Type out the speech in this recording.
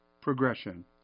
progression